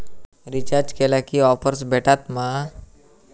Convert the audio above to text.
Recharge केला की offers भेटात मा?